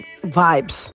vibes